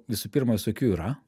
visų pirma visokių yra